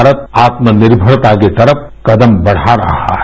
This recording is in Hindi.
भारत आत्मनिर्मरता की तरफ कदम बढ़ा रहा है